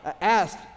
asked